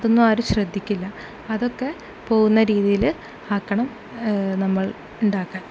ഇതൊന്നും ആരും ശ്രദ്ധിക്കില്ല അതൊക്കെ പോകുന്ന രീതിയിൽ ആക്കണം നമ്മൾ ഇതാക്കാൻ